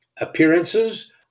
appearances